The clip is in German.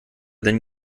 denn